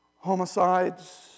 homicides